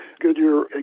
Goodyear